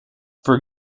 for